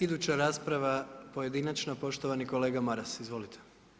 Iduća rasprava pojedinačna, poštovani kolega Maras, izvolite.